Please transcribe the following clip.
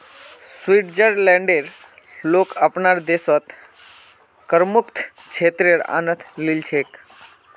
स्विट्जरलैंडेर लोग अपनार देशत करमुक्त क्षेत्रेर आनंद ली छेक